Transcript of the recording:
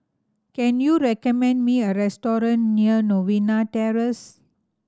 can you recommend me a restaurant near Novena Terrace